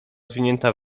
zwinięta